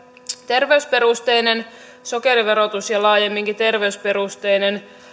terveysperusteinen sokeriverotus ja laajemminkin terveysperusteinen